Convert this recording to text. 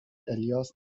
الیاس